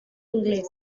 ingleses